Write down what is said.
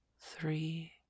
three